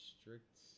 strict